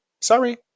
Sorry